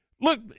look